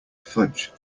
fudge